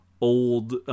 old